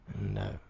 No